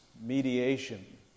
mediation